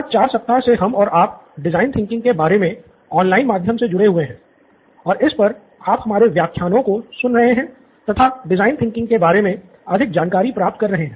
गत 4 सप्ताह से हम और आप डिज़ाइन थिंकिंग के बारे मे ऑनलाइन माध्यम से जुड़े हुए हैं और इस पर आप हमारे व्याख्यानों को सुन रहे हैं तथा डिज़ाइन थिंकिंग के बारे मे अधिक जानकारी प्राप्त कर रहे हैं